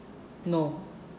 no